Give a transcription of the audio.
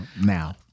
now